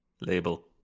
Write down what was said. label